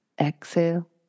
Exhale